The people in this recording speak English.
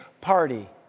party